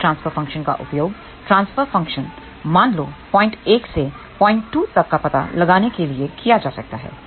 इस transfer function का उपयोग ट्रांसफर फ़ंक्शन मान लो पॉइंट 1 से पॉइंट टू तक का पता लगाने के लिए किया जा सकता है